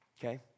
Okay